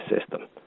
system